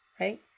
Right